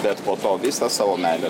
bet po to visą savo meilę